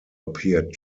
appeared